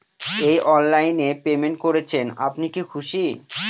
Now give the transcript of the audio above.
এই অনলাইন এ পেমেন্ট করছেন আপনি কি খুশি?